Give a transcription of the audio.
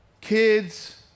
kids